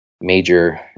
major